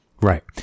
Right